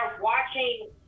watching